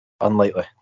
Unlikely